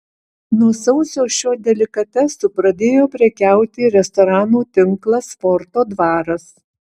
nuo sausio šiuo delikatesu pradėjo prekiauti ir restoranų tinklas forto dvaras